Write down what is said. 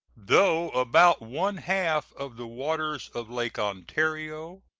though about one-half of the waters of lakes ontario,